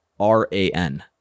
r-a-n